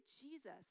Jesus